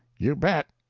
you bet!